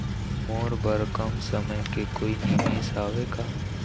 मोर बर कम समय के कोई निवेश हावे का?